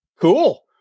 cool